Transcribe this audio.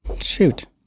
shoot